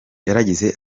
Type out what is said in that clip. yagize